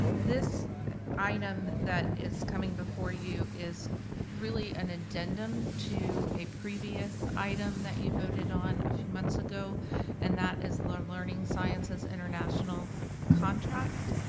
this item that is coming before you is really an addendum to a previous item that you voted on a few months ago and that is the learning sciences international contract.